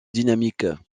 dynamique